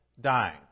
dying